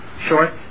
short